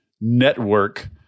network